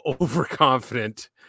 overconfident